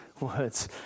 words